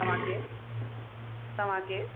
तव्हां केरु तव्हां केरु